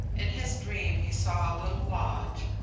in his dream he saw a little lodge,